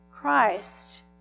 Christ